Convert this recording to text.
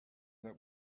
that